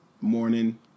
morning